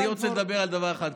אני רוצה לדבר על דבר אחד,